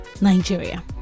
Nigeria